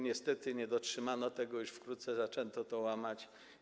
Niestety nie dotrzymano tego, już wkrótce zaczęto to łamać.